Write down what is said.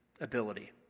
ability